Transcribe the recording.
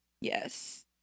Yes